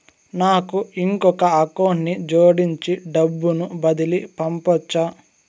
నాకు ఇంకొక అకౌంట్ ని జోడించి డబ్బును బదిలీ పంపొచ్చా?